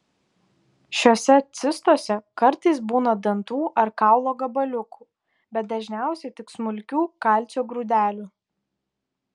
šiose cistose kartais būna dantų ar kaulo gabaliukų bet dažniausiai tik smulkių kalcio grūdelių